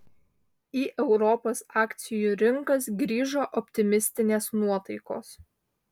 į europos akcijų rinkas grįžo optimistinės nuotaikos